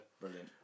Brilliant